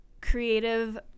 creative